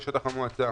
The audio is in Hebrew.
בשטח המועצה.